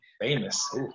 Famous